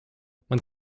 man